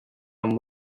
and